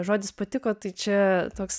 žodis patiko tai čia toks